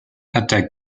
attaque